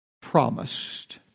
promised